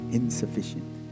insufficient